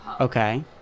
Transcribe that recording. Okay